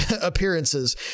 appearances